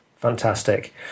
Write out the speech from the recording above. Fantastic